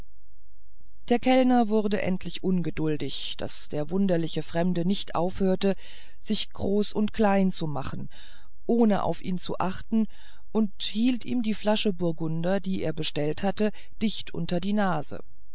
der kellner wurde endlich ungeduldig daß der wunderliche fremde nicht aufhörte sich groß und klein zu machen ohne auf ihn zu achten und hielt ihm die flasche burgunder die er bestellt hatte dicht unter die nase